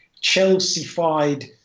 Chelsea-fied